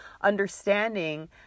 understanding